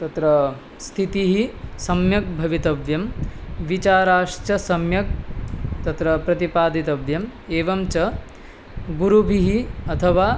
तत्र स्थितिः सम्यक् भवितव्या विचाराश्च सम्यक् तत्र प्रतिपादितव्याः एवं च गुरुभिः अथवा